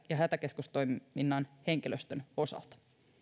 ja hätäkeskustoiminnan henkilöstön osalta